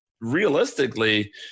realistically